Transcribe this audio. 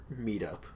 meetup